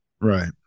Right